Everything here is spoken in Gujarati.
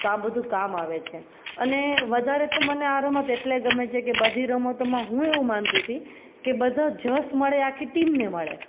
તો આ બધું કામ આવે છે અને વધારે તો મને આ રમત એટલે ગમે છે કે બધી રમતોમાં હું એવું માનતી હતી કે બધો જશ મળે આખી ટીમને મળે